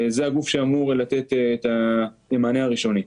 זה הגוף שאמור לתת את המענה הראשוני.